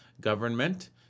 government